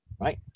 right